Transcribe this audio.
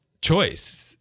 choice